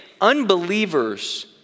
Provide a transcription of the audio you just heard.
unbelievers